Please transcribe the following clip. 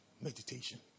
Meditation